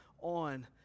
on